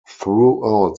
throughout